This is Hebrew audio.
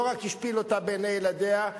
לא רק השפיל אותה בעיני ילדיה,